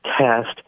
test